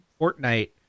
Fortnite